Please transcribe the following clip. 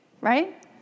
right